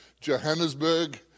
Johannesburg